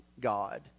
god